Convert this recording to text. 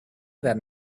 that